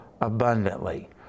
abundantly